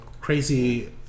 crazy